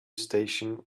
station